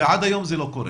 ועד היום זה לא קורה.